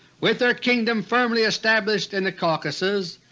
with their kingdom firmly established in the caucasus,